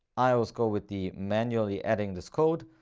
i also go with the manually adding this code.